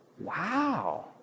wow